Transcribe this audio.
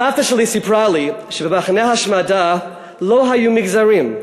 סבתא שלי סיפרה לי שבמחנה ההשמדה לא היו מגזרים,